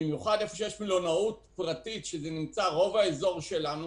במיוחד במלונאות פרטית שנמצאת ברוב האזור שלנו